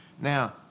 Now